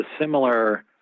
similar